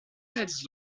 laisse